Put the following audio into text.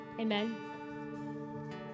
Amen